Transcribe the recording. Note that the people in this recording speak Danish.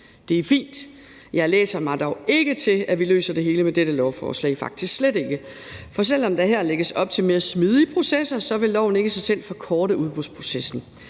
Det er fint. Jeg læser mig dog ikke til, at vi løser det hele med dette lovforslag – faktisk slet ikke. For selv om der her lægges op til mere smidige processer, vil loven ikke i sig selv forkorte udbudsprocessen,